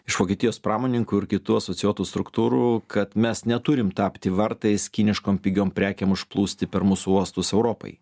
iš vokietijos pramonininkų ir kitų asocijuotų struktūrų kad mes neturim tapti vartais kiniškom pigiom prekėm užplūsti per mūsų uostus europai